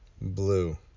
blue